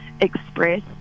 express